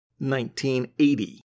1980